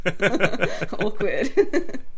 Awkward